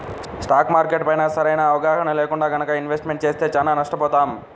stock మార్కెట్లపైన సరైన అవగాహన లేకుండా గనక ఇన్వెస్ట్మెంట్ చేస్తే చానా నష్టపోతాం